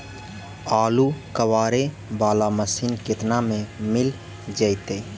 आलू कबाड़े बाला मशीन केतना में मिल जइतै?